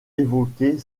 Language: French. évoquer